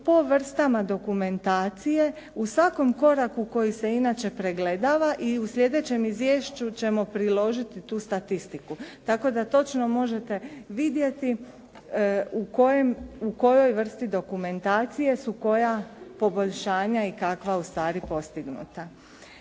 po vrstama dokumentacije u svakom koraku koji se inače pregledava i u sljedećem izvješću ćemo priložiti tu statistiku tako da točno možete vidjeti u kojoj vrsti dokumentacije su koja poboljšanja i kakva ustvari postignuta.